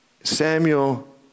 Samuel